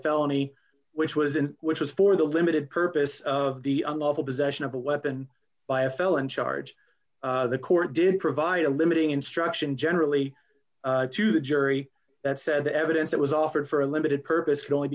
felony which was in which was for the limited purpose of the unlawful possession of a weapon by a felon charge the court did provide a limiting instruction generally to the jury that said the evidence that was offered for a limited purpose can only